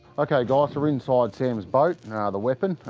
okay guys so we're inside sam's boat, and ah the weapon.